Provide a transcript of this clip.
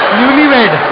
Newlywed